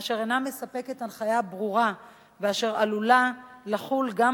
אשר אינה מספקת הנחיה ברורה ואשר עלולה לחול גם